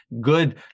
good